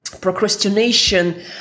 procrastination